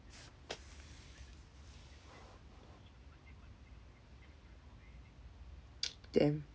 damn